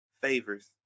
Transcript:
favors